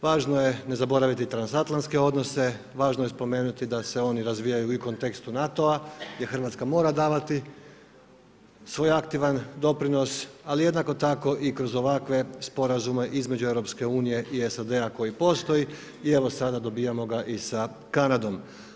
Važno je ne zaboraviti transatlantske odnose, važno je spomenuti da se oni razvijaju i u kontekstu NATO-a gdje Hrvatska mora davati svoj aktivan doprinos ali jednako tako i kroz ovakve sporazume između EU-a i SAD-a koji postoji i evo sada dobivamo ga i sa Kanadom.